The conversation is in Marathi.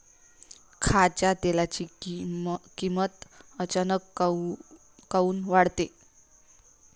खाच्या तेलाची किमत अचानक काऊन वाढते?